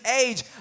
age